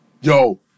Yo